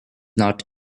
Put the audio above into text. not